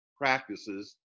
Practices